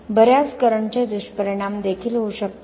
बर्याच करंटचे दुष्परिणाम देखील होऊ शकतात